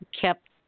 kept